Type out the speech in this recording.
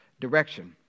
direction